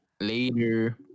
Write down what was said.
Later